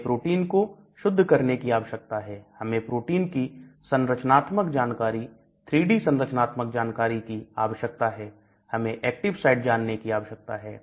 हमें प्रोटीन को शुद्ध करने की आवश्यकता है हमें प्रोटीन की संरचनात्मक जानकारी 3D संरचनात्मक जानकारी की आवश्यकता है हमें एक्टिव साइट जानने की आवश्यकता है